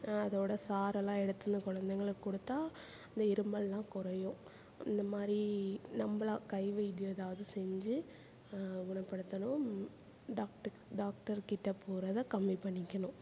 அதோட சாறெல்லாம் எடுத்து இந்த குழந்தைங்களுக்கு கொடுத்தா இந்த இருமலெல்லாம் குறையும் இந்த மாதிரி நம்மளா கை வைத்தியம் ஏதாவது செஞ்சு குணப்படுத்தணும் டாக்டர் டாக்டர் கிட்டே போகிறத கம்மி பண்ணிக்கணும்